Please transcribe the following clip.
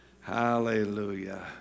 Hallelujah